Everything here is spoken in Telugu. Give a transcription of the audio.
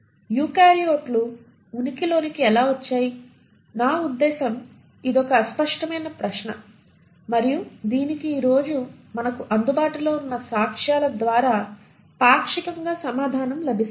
యూకారియోట్లు ఉనికిలోకి ఎలా వచ్చాయి నా ఉద్దేశ్యం ఇది ఒక అస్పష్టమైన ప్రశ్న మరియు దీనికి ఈ రోజు మనకు అందుబాటులో ఉన్న సాక్ష్యాల ద్వారా పాక్షికంగా సమాధానం లభిస్తుంది